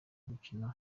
gukina